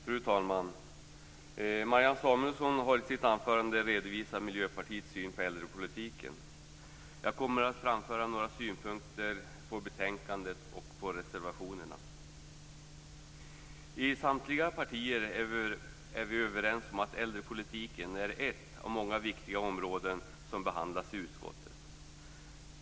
Fru talman! Marianne Samuelsson har i sitt anförande redovisat Miljöpartiets syn på äldrepolitiken. Jag kommer att framföra några synpunkter på betänkandet och reservationerna. I samtliga partier är vi överens om att äldrepolitiken är ett av många viktiga områden som vi behandlar i utskottet.